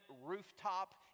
rooftop